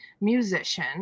musician